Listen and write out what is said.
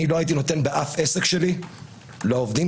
אני לא הייתי נותן באף עסק שלי למנכ"ל ולעובדים